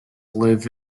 live